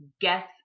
Guess